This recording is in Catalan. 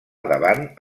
davant